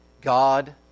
God